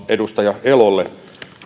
edustaja elolle